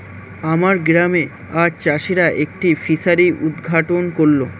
আমার গ্রামে আজ চাষিরা একটি ফিসারি উদ্ঘাটন করল